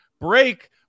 break